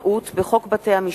תנאי זכאות למי ששהה בתנאי עוצר),